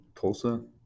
Tulsa